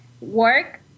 Work